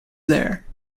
there